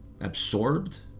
absorbed